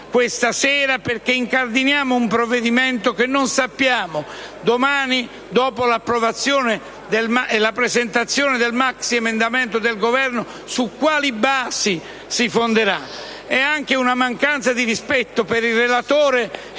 questa sera, perché incardiniamo un provvedimento che non sappiamo domani, dopo la presentazione del maxiemendamento del Governo, su quali basi si fonderà. É anche una mancanza di rispetto nei confronti